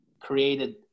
created